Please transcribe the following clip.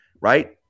right